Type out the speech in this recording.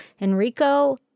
Enrico